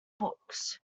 books